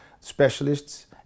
specialists